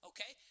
Okay